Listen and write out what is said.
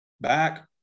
back